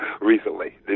recently